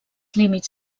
límits